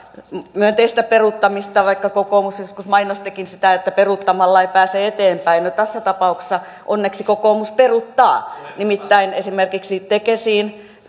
myönteistä peruuttamista vaikka kokoomus joskus mainostikin sitä että peruuttamalla ei pääse eteenpäin no tässä tapauksessa onneksi kokoomus peruuttaa esimerkiksi tekesiin